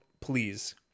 please